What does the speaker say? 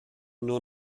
nur